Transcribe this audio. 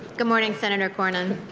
good morning, senator cornyn.